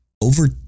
over